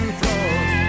floor